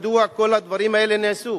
מדוע כל הדברים האלה נעשו?